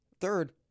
Third